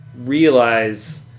realize